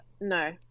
no